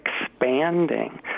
expanding